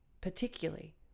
particularly